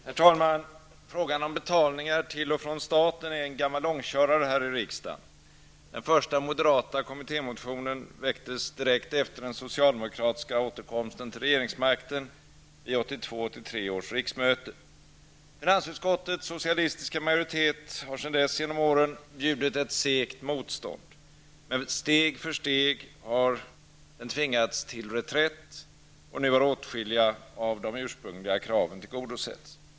Herr talman! Frågan om betalningar till och från staten är en gammal långkörare här i riksdagen. Den första moderata kommittémotionen väcktes direkt efter den socialdemokratiska återkomsten till regeringsmakten vid 1982/83 års riksmöte. Finansutskottets socialistiska majoritet har sedan dess genom åren bjudit ett segt motstånd. Men steg för steg har den tvingats till reträtt, och nu har åtskilliga av de ursprungliga kraven tillgodosetts.